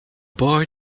boy